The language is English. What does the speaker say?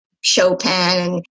Chopin